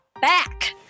back